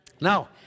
Now